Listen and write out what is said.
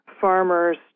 farmers